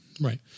Right